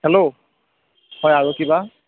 hello হয় আৰু কিবা